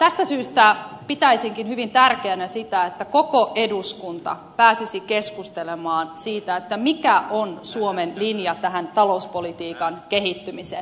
tästä syystä pitäisinkin hyvin tärkeänä sitä että koko eduskunta pääsisi keskustelemaan siitä mikä on suomen linja tähän talouspolitiikan kehittymiseen